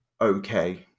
okay